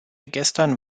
gestern